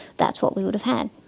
that's what we would have had.